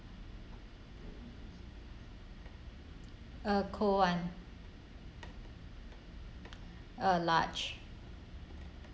uh cold [one] uh large